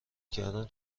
کردن